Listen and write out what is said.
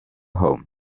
home